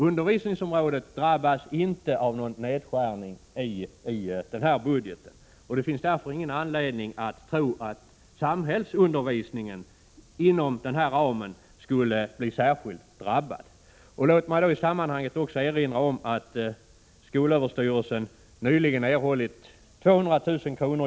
Undervisningen drabbas inte av någon nedskärning i budgeten, och det finns därför ingen anledning att tro att samhällsundervisningen inom den här ramen skulle drabbas särskilt. Låt mig i sammanhanget erinra om att skolöverstyrelsen nyligen fått 200 000 kr.